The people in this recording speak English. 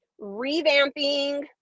revamping